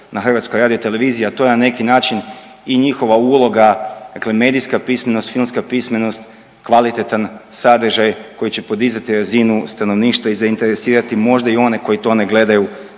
sadržaj na HRT-u, a to je na neki način i njihova uloga, dakle medijska pismenost, filmska pismenost, kvalitetan sadržaj koji će podizati razinu stanovništva i zainteresirati možda i one koji to ne gledaju